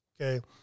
Okay